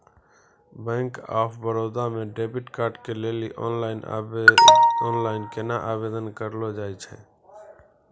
Bank of Baroda मे debit card के लेली आनलाइन केना आवेदन करलो जाय छै?